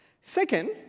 Second